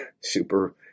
super